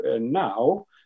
now